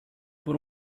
por